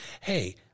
Hey